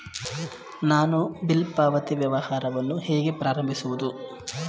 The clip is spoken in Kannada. ನಾನು ಬಿಲ್ ಪಾವತಿ ವ್ಯವಹಾರವನ್ನು ಹೇಗೆ ಪ್ರಾರಂಭಿಸುವುದು?